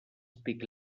speak